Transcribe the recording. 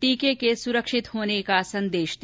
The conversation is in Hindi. टीके के बिल्कुल सुरक्षित होने का संदेश दिया